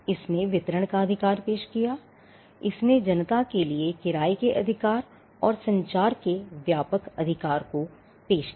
इसने वितरण का अधिकार पेश किया इसने जनता के लिए किराये के अधिकार और संचार के व्यापक अधिकार को पेश किया